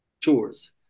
tours